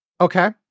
Okay